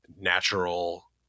natural